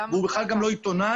והוא בכלל גם לא עיתונאי,